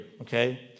okay